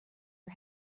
are